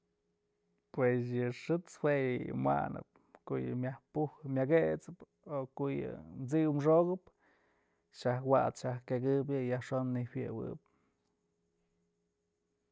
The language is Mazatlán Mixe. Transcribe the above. Pues yë xët's jue yë wanëp ko'o yë mayj puj myak jët'sëp o ko'o yë t'siw xokëp xaj wat's xaj kekëb yë xajxon nëjuëbëb.